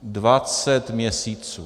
Dvacet měsíců.